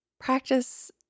practice